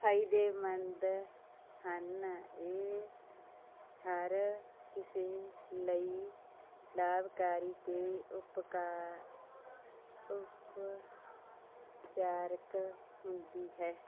ਫਾਇਦੇਮੰਦ ਹਨ ਇਹ ਹਰ ਕਿਸੇ ਲਈ ਲਾਭਕਾਰੀ ਅਤੇ ਉਪਕਾਰ ਉਪਚਾਰਕ ਹੁੰਦੀ ਹੈ